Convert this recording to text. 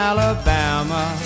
Alabama